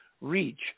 reach